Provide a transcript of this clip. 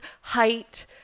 height-